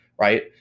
Right